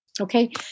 Okay